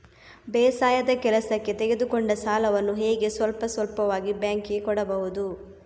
ಬೇಸಾಯದ ಕೆಲಸಕ್ಕೆ ತೆಗೆದುಕೊಂಡ ಸಾಲವನ್ನು ಹೇಗೆ ಸ್ವಲ್ಪ ಸ್ವಲ್ಪವಾಗಿ ಬ್ಯಾಂಕ್ ಗೆ ಕೊಡಬಹುದು?